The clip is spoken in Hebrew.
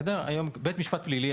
להבדיל מבית המשפט הפלילי.